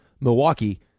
Milwaukee